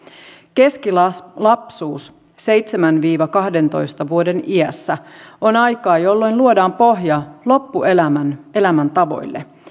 keskilapsuus seitsemän viiva kahdentoista vuoden iässä on aikaa jolloin luodaan pohja loppuelämän elämäntavoille